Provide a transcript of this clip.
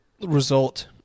result